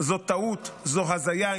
זה טעות, זו הזיה.